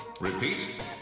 Repeat